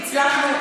הצלחנו,